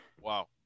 Wow